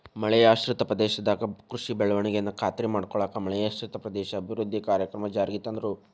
ಮಳೆಯಾಶ್ರಿತ ಪ್ರದೇಶದಾಗ ಕೃಷಿ ಬೆಳವಣಿಗೆನ ಖಾತ್ರಿ ಮಾಡ್ಕೊಳ್ಳಾಕ ಮಳೆಯಾಶ್ರಿತ ಪ್ರದೇಶ ಅಭಿವೃದ್ಧಿ ಕಾರ್ಯಕ್ರಮ ಜಾರಿಗೆ ತಂದ್ರು